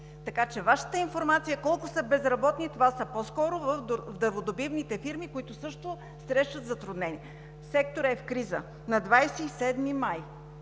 така че Вашата информация колко са безработни, това са по-скоро в дърводобивните фирми, които също срещат затруднения. Секторът е в криза. На 27 май